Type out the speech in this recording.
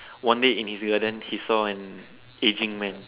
one day in his world than he saw an aging man